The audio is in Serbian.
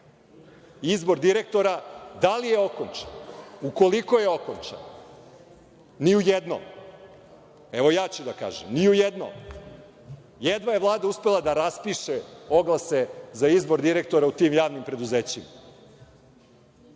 izbor direktora. Da li je okončan? U koliko je okončan? Ni u jednom. Evo, ja ću da kažem, ni u jednom. Jedva je Vlada uspela da raspiše oglase za izbor direktora u tim javnim preduzećima.